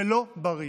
זה לא בריא.